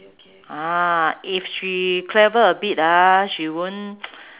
ah if she clever a bit ah she won't